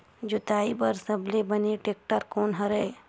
जोताई बर सबले बने टेक्टर कोन हरे?